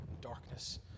Darkness